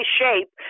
shape